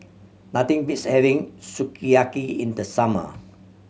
nothing beats having Sukiyaki in the summer